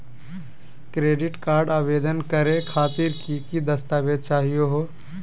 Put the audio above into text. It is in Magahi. क्रेडिट कार्ड आवेदन करे खातिर की की दस्तावेज चाहीयो हो?